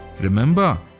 Remember